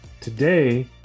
today